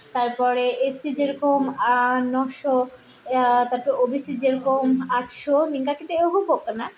ᱮ ᱥ ᱥᱤ ᱡᱮᱨᱚᱠᱚᱢ ᱱᱚ ᱥᱚ ᱟᱨ ᱛᱟᱨᱯᱚᱨ ᱳ ᱵᱤ ᱥᱤ ᱡᱮᱨᱚᱠᱚᱢ ᱟᱴᱥᱚ ᱱᱤᱝᱠᱟ ᱠᱟᱛᱮᱫ ᱮᱦᱚᱵᱚᱜ ᱠᱟᱱᱟ